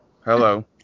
Hello